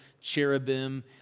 cherubim